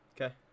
okay